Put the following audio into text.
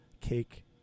cake